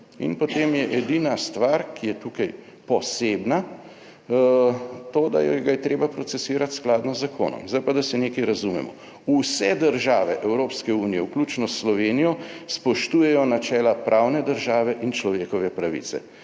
in potem je edina stvar, ki je tukaj posebna to, da ga je treba procesirati skladno z zakonom. Zdaj pa, da se nekaj razumemo, vse države Evropske unije, vključno s Slovenijo, spoštujejo načela pravne države in človekove pravice,